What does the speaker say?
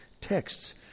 texts